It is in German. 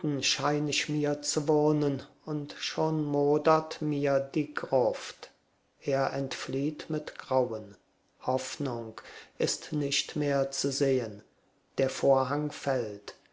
ich mir zu wohnen und schon modert mir die gruft er entflieht mit grauen hoffnung ist nicht mehr zu sehen der vorhang fällt